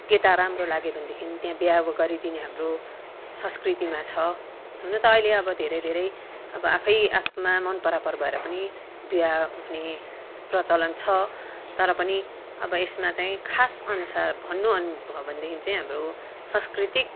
केटा राम्रो लाग्यो भनेदेखि त्यहाँ बिहा गरिदिने हाम्रो संस्कृतिमा छ हुन त अहिले अब धेरै धेरै अब आफैँ आफमा मन परापर भएर पनि बिहा हुने प्रचलन छ तर पनि अब यसमा चाहिँ खास अनुसार भन्नु भयो भने चाहिँ हाम्रो सांस्कृतिक